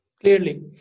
Clearly